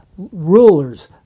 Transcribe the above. rulers